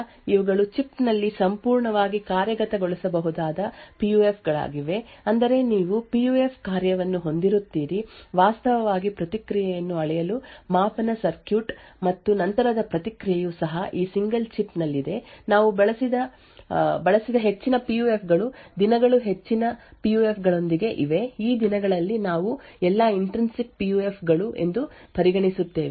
ಆದ್ದರಿಂದ ಇವುಗಳು ಚಿಪ್ ನಲ್ಲಿ ಸಂಪೂರ್ಣವಾಗಿ ಕಾರ್ಯಗತಗೊಳಿಸಬಹುದಾದ ಪಿ ಯು ಎಫ್ ಗಳಾಗಿವೆ ಅಂದರೆ ನೀವು ಪಿ ಯು ಎಫ್ ಕಾರ್ಯವನ್ನು ಹೊಂದಿರುತ್ತೀರಿ ವಾಸ್ತವವಾಗಿ ಪ್ರತಿಕ್ರಿಯೆಯನ್ನು ಅಳೆಯಲು ಮಾಪನ ಸರ್ಕ್ಯೂಟ್ ಮತ್ತು ನಂತರದ ಪ್ರಕ್ರಿಯೆಯು ಸಹ ಆ ಸಿಂಗಲ್ ಚಿಪ್ ನಲ್ಲಿದೆ ನಾವು ಬಳಸಿದ ಹೆಚ್ಚಿನ ಪಿ ಯು ಎಫ್ ಗಳು ದಿನಗಳು ಹೆಚ್ಚಿನ ಪಿ ಯು ಎಫ್ ಗಳೊಂದಿಗೆ ಇವೆ ಈ ದಿನಗಳಲ್ಲಿ ನಾವು ಎಲ್ಲಾ ಇಂಟ್ರಿನ್ಸಿಕ್ ಪಿ ಯು ಎಫ್ ಗಳು ಎಂದು ಪರಿಗಣಿಸುತ್ತೇವೆ